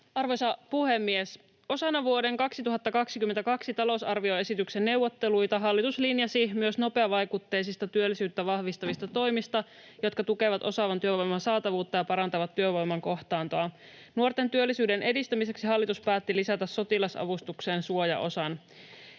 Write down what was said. Arvoisa puhemies! Osana vuoden 2022 talousarvioesityksen neuvotteluita hallitus linjasi myös nopeavaikutteisista työllisyyttä vahvistavista toimista, jotka tukevat osaavan työvoiman saatavuutta ja parantavat työvoiman kohtaantoa. Nuorten työllisyyden edistämiseksi hallitus päätti lisätä sotilasavustukseen suojaosan.